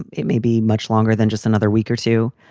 and it may be much longer than just another week or two.